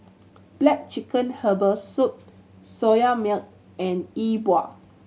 black chicken herbal soup Soya Milk and Yi Bua